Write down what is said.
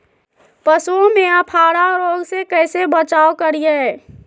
पशुओं में अफारा रोग से कैसे बचाव करिये?